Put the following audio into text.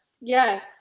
Yes